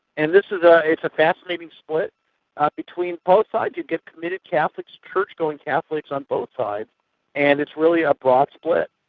and this is a, it's a fascinating split ah between both sides you get committed catholics, church-going catholics, on both sides and it's really a broad split.